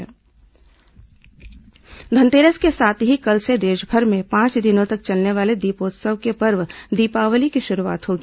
धनतेरस धनतेरस के साथ कल से देशभर में पांच दिनों तक चलने वाले दीपोत्सव के पर्व दीपावली की शुरूवात होगी